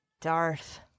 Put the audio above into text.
Darth